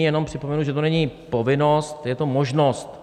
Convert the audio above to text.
Jenom připomenu, že to není povinnost, je to možnost.